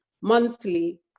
monthly